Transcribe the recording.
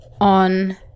on